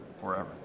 forever